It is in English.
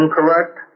incorrect